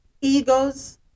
Egos